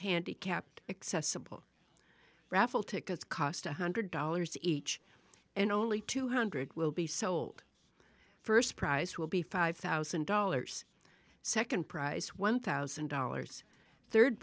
handicapped accessible raffle tickets cost one hundred dollars each and only two hundred will be sold first prize will be five thousand dollars second prize one thousand dollars third